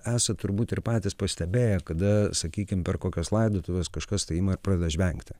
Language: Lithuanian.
esat turbūt ir patys pastebėję kada sakykim per kokias laidotuves kažkas tai ima ir pradeda žvengti